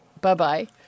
Bye-bye